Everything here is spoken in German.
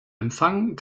empfang